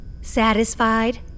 Satisfied